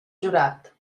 jurat